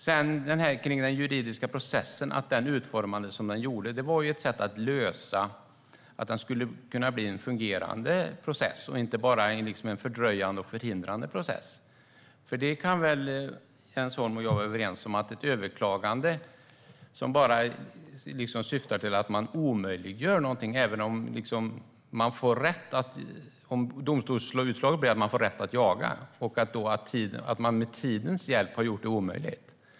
Att den juridiska processen utformades som den gjorde var ett sätt att lösa det så att den kan bli en fungerande process, inte bara en fördröjande och förhindrande process. Jens Holm och jag kan väl vara överens när det gäller överklaganden som bara syftar till att omöjliggöra något. Även om domstolsutslaget blir att man får rätt att jaga har det med tidens hjälp gjorts omöjligt.